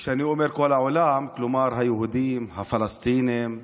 כשאני אומר "כל העולם" כלומר, היהודים, הפלסטינים,